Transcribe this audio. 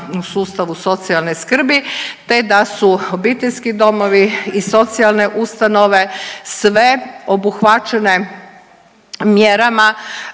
u sustavu socijalne skrbi te da su obiteljski domovi i socijalne ustanove sve obuhvaćene mjerama